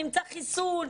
נמצא חיסון,